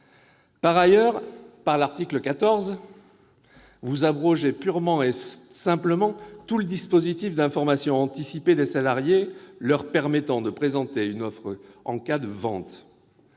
Par ailleurs, l'article 14 abroge purement et simplement tout le dispositif d'information anticipée des salariés leur permettant de présenter une offre en cas de vente.